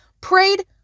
Prayed